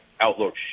outlook